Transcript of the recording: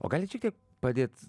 o galit šiek tiek padėt